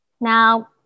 Now